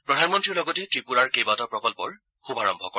প্ৰধানমন্ত্ৰী লগতে ত্ৰিপুৰাৰ কেইবাটাও প্ৰকল্পৰ শুভাৰম্ভ কৰে